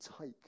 take